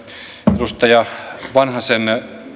edustaja vanhasen